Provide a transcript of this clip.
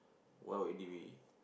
what would it be